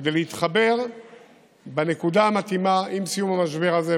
כדי להתחבר לנקודה המתאימה עם סיום המשבר הזה,